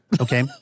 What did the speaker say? Okay